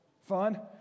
fun